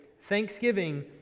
Thanksgiving